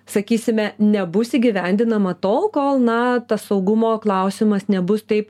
sakysime nebus įgyvendinama tol kol na tas saugumo klausimas nebus taip